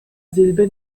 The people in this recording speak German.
silbe